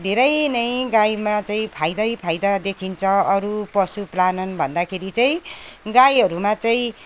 धेरै नै गाईमा चाहिँ फाइदै फाइदा देखिन्छ अरू पशुपालन भन्दाखेरि चाहिँ गाईहरूमा चाहिँ